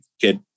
get